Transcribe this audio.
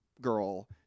girl